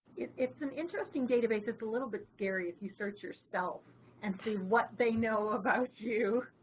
it's an interesting database that's a little bit scary if you search yourself and see what they know about you.